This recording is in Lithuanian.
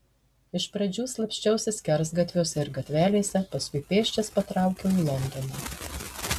iš pradžių slapsčiausi skersgatviuose ir gatvelėse paskui pėsčias patraukiau į londoną